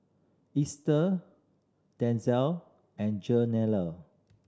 Easter Denzel and Jenelle